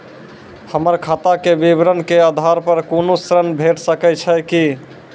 हमर खाता के विवरण के आधार प कुनू ऋण भेट सकै छै की?